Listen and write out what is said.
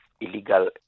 illegal